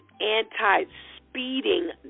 anti-speeding